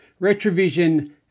Retrovision